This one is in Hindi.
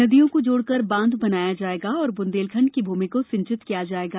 नदियों को जोड़कर बांध बनाया जायेगा और बुन्देलखण्ड की भूमि को सिंचित किया जायेगा